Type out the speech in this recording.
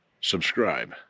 subscribe